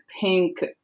pink